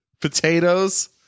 potatoes